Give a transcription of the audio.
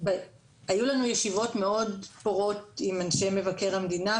היו לנו ישיבות מאוד פורות עם אנשי מבקר המדינה,